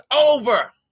over